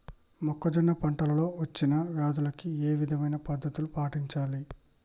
మొక్కజొన్న పంట లో వచ్చిన వ్యాధులకి ఏ విధమైన పద్ధతులు పాటించాలి?